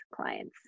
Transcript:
clients